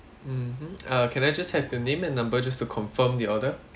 mmhmm uh can I just have the name and number just to confirm your order